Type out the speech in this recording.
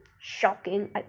Shocking